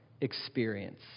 experience